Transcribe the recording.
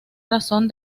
razón